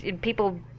people